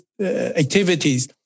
activities